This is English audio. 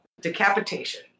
Decapitation